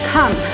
Come